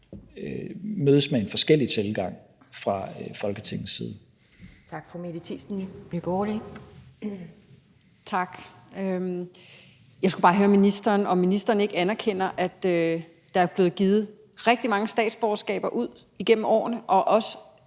Fru Mette Thiesen, Nye Borgerlige. Kl. 18:05 Mette Thiesen (NB): Tak. Jeg skal bare høre ministeren, om ministeren ikke anerkender, at der er blevet givet rigtig mange statsborgerskaber ud gennem årene, og også